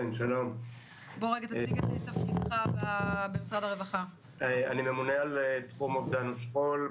שלום, אני אילן שריף, ממונה על תחום אובדן ושכול.